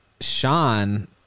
Sean